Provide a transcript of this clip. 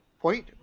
Point